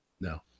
no